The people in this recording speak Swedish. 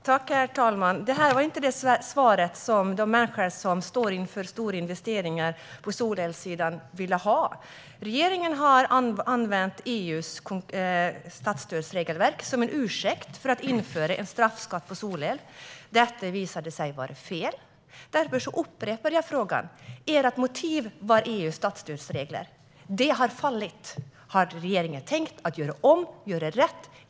Herr talman! Det var inte det svar som de människor som står inför stora investeringar i solel ville ha. Regeringen har använt EU:s statsstödsregelverk som en ursäkt för att införa en straffskatt på solel. Detta visade sig vara fel. Därför upprepar jag frågan: Ert motiv var EU:s statsstödsregler. Det har fallit. Har regeringen tänkt göra om och göra rätt?